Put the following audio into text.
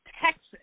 Texas